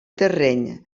terreny